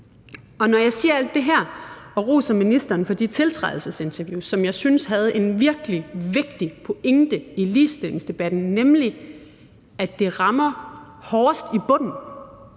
Når jeg siger alt det her og roser ministeren for de tiltrædelsesinterviews, som jeg synes havde nogle virkelig vigtige pointer i forhold til ligestillingsdebatten, nemlig at det rammer hårdest i bunden,